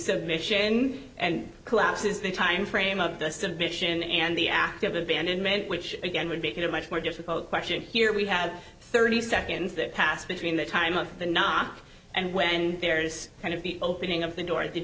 submission and collapses the timeframe of the submission and the act of abandonment which again would make it much more difficult question here we have thirty seconds that passed between the time of the not and when there is kind of the opening of the door at the